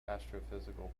astrophysical